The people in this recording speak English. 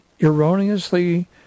erroneously